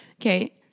Okay